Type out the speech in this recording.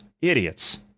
Idiots